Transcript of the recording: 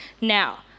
Now